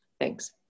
Thanks